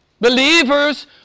Believers